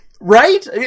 right